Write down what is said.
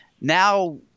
now